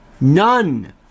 None